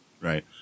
Right